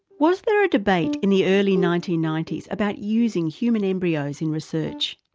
was there a debate in the early nineteen ninety s about using human embryos in research?